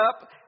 up